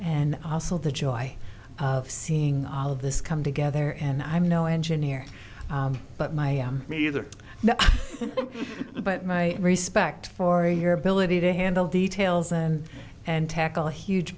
and also the joy of seeing all of this come together and i'm no engineer but my am neither now but my respect for your ability to handle details and and tackle huge